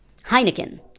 Heineken